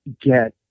get